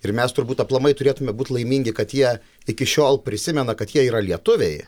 ir mes turbūt aplamai turėtume būt laimingi kad jie iki šiol prisimena kad jie yra lietuviai